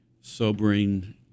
sobering